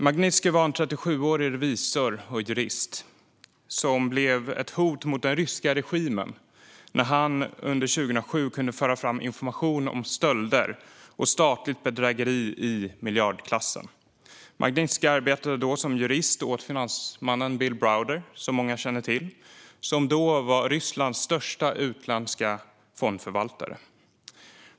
Magnitskij var en 37-årig revisor och jurist som blev ett hot mot den ryska regimen när han under 2007 kunde föra fram information om stölder och statligt bedrägeri i miljardklassen. Magnitskij arbetade som jurist åt finansmannen Bill Browder, som många känner till, som då var Rysslands största utländska fondförvaltare.